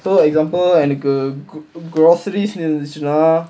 so example எனக்கு:enakku groceries இருந்துச்சுன்னா:irunthuchunaa